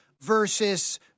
versus